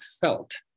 felt